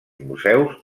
museus